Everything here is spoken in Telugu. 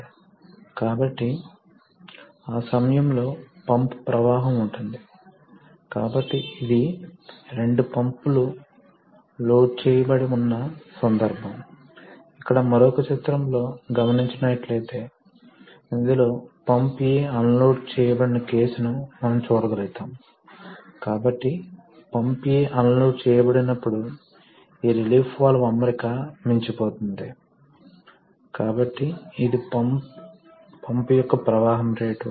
కాబట్టి F x V P x Q కాబట్టి ఆ ఏరియా చిత్రంలోకి రాదని మీరు చూస్తారు కాబట్టి పవర్ సమీకరణంలో ఈ ఏరియా చిత్రంలోకి రాదు మరియు మీరు ఫోర్స్ ని గుణించినప్పటికీ ఎనర్జీ గుణించబడదు ఎలా గుణించాలి కాబట్టి ఎనర్జీ ఒకటే మనకు తెలిసినట్లుగా ఒక పంపు ఒక ద్రవాన్ని ఒక నిర్దిష్ట రేటు వాల్యూమెట్రిక్ ప్రవాహం రేటు మరియు ఒక నిర్దిష్ట ప్రెషర్ వద్ద అందిస్తుంది మరియు pump output power P x Q అవుతుంది